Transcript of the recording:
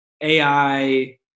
AI